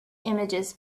images